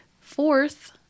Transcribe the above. Fourth